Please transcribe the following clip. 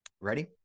Ready